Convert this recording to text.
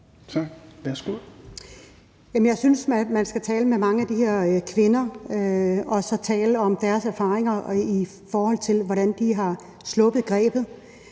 Jamen jeg synes, at man skal tale med mange af de her kvinder og tale om deres erfaringer, i forhold til hvordan de har sluppet grebet.